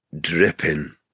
dripping